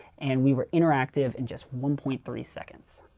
and we were interactive in just one point three seconds.